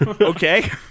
Okay